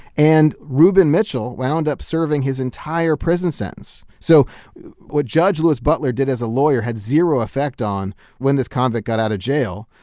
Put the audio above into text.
and reuben mitchell wound up serving his entire prison sentence. so what judge louis butler did as a lawyer had zero effect on when this convict got out of jail.